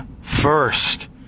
first